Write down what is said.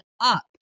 up